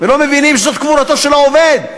לא מבינים שזאת קבורתו של העובד,